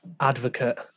advocate